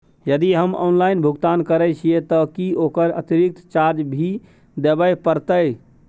यदि हम ऑनलाइन भुगतान करे छिये त की ओकर अतिरिक्त चार्ज भी देबे परतै?